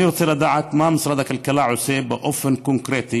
אני רוצה לדעת מה משרד הכלכלה עושה באופן קונקרטי